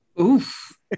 Oof